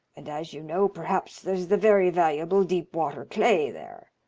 and as you know, perhaps, there's the very valuable deepwater clay there.